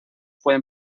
pueden